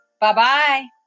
Bye-bye